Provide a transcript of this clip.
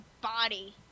body